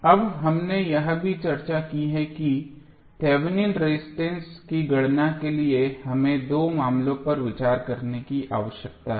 अब हमने यह भी चर्चा की कि थेवेनिन रेजिस्टेंस की गणना के लिए हमें दो मामलों पर विचार करने की आवश्यकता है